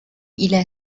الى